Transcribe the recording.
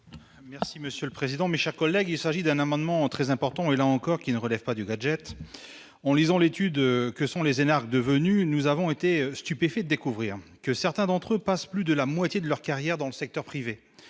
Merci monsieur le président, mes chers collègues, il s'agit d'un amendement très important et là encore, qui ne relève pas du gadget on lisant l'étude que sont les énarques devenus, nous avons été stupéfaits découvrir que certains d'entre eux passent plus de la moitié de leur carrière dans le secteur privé,